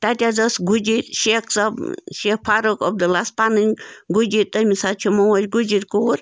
تَتہِ حظ ٲس گُجِرۍ شیخ صٲب شیخ فاروق عبدُاللہ ہَس پَنٕنۍ گُجِرۍ تٔمِس حظ چھِ موج گُجِرۍ کوٗر